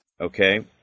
Okay